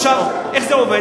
עכשיו, איך זה עובד?